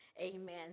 amen